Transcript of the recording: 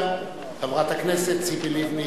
חברת הכנסת ציפי לבני,